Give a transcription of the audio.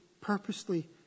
purposely